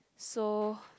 so